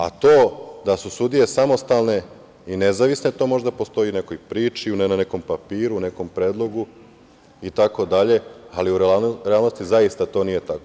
A to da su sudije samostalne i nezavisne, to možda postoji u nekoj priči, u nekom papiru, u nekom predlogu itd, ali u realnosti zaista to nije tako.